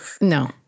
no